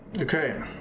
Okay